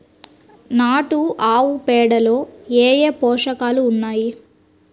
నాటు ఆవుపేడలో ఏ ఏ పోషకాలు ఉన్నాయి?